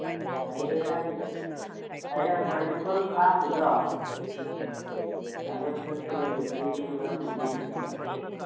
ꯍꯌꯦꯡ ꯍꯌꯦꯡ ꯄꯥꯏꯅꯦꯄꯜ ꯐꯥꯝꯒꯤꯗꯣ ꯑꯗꯨ ꯆꯠꯄꯗ ꯕꯦꯇ꯭ꯔꯤꯁꯨ ꯈꯔ ꯄꯨꯕꯤꯒꯤꯁꯤ